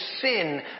sin